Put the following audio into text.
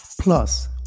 Plus